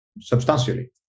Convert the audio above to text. substantially